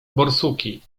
borsuki